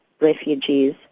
refugees